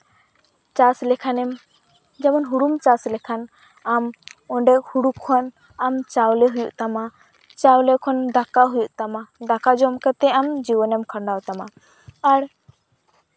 ᱪᱟᱥ ᱞᱮᱠᱷᱟᱱᱮᱢ ᱡᱮᱢᱚᱱ ᱦᱩᱲᱩᱢ ᱪᱟᱥ ᱞᱮᱠᱷᱟᱱ ᱟᱢ ᱚᱸᱰᱮ ᱦᱩᱲᱩ ᱠᱷᱚᱱ ᱟᱢ ᱪᱟᱣᱞᱮ ᱦᱩᱭᱩᱜ ᱛᱟᱢᱟ ᱪᱟᱣᱞᱮ ᱠᱷᱚ ᱫᱟᱠᱟ ᱦᱩᱭᱩᱜ ᱛᱟᱢᱟ ᱫᱟᱠᱟ ᱡᱚᱢ ᱠᱟᱛᱮ ᱟᱢ ᱡᱤᱭᱚᱱᱮᱢ ᱠᱷᱟᱸᱰᱟᱣ ᱛᱟᱢᱟ ᱟᱨ